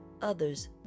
others